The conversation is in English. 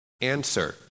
answer